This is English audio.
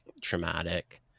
traumatic